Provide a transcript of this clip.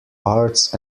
arts